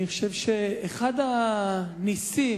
אני חושב שאחד הנסים,